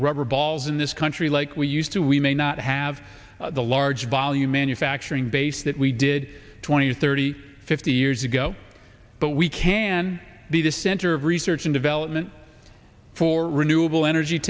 rubber balls in this country like we used to we may not have the large volume manufacturing base that we did twenty thirty fifty years ago but we can be the center of research and development for renewable energy